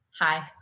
Hi